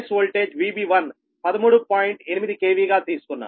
8 KV గా తీసుకున్నాము